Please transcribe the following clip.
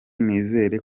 nizere